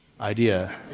idea